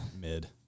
Mid